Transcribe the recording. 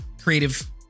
creative